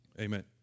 amen